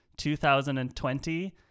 2020